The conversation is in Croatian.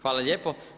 Hvala lijepo.